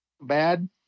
bad